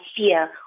fear